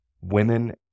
women